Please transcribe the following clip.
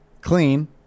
Clean